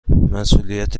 مسئولیت